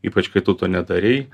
ypač kai tu to nedarei